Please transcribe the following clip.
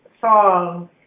song